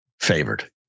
favored